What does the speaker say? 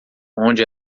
onde